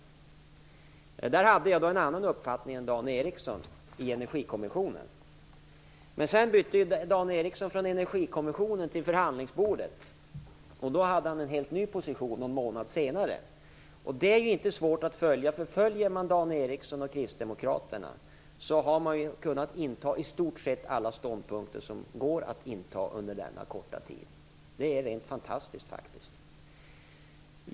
Där, i Energikommissionen, hade jag en annan uppfattning än Dan Ericsson. Men sedan bytte Dan Ericsson från Energikommissionen till förhandlingsbordet, och då hade han en helt ny position. Det var någon månad senare. Det är inte svårt att förstå. Följer man Dan Ericsson och Kristdemokraterna, ser man att de har kunnat inta i stort sett alla positioner som går att inta under denna korta tid. Det är rent fantastiskt faktiskt.